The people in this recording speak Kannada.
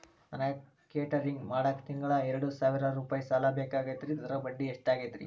ನನಗ ಕೇಟರಿಂಗ್ ಮಾಡಾಕ್ ತಿಂಗಳಾ ಎರಡು ಸಾವಿರ ರೂಪಾಯಿ ಸಾಲ ಬೇಕಾಗೈತರಿ ಅದರ ಬಡ್ಡಿ ಎಷ್ಟ ಆಗತೈತ್ರಿ?